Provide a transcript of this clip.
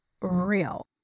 real